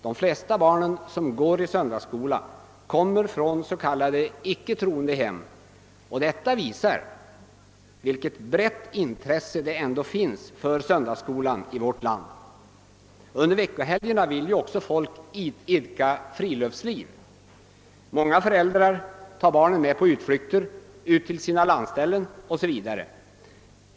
De flesta barn som går i söndagsskola kommer från så kallade icke troende hem, och detta visar vilket brett intresse det ändå finns för söndagsskolan i vårt land. Under veckohelgerna vill också folk idka friluftsliv. Många föräldrar tar baren med på utflykter ut till sina lantställen o. s. v.